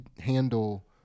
handle